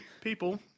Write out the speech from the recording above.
people